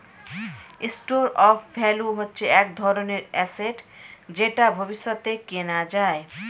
store of value হচ্ছে এক ধরনের অ্যাসেট যেটা ভবিষ্যতে কেনা যায়